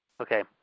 Okay